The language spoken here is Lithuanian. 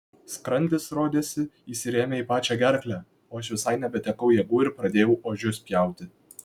skrandis rodėsi įsirėmė į pačią gerklę aš visai nebetekau jėgų ir pradėjau ožius pjauti